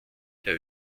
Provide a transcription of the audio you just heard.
der